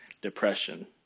depression